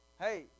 Hey